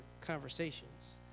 conversations